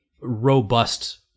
robust